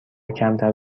کمتر